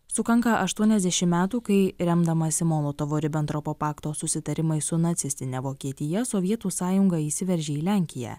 sukanka aštuoniasdešimt metų kai remdamasi molotovo ribentropo pakto susitarimai su nacistine vokietija sovietų sąjunga įsiveržė į lenkiją